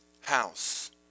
house